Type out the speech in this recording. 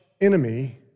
enemy